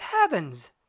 heavens